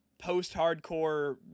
post-hardcore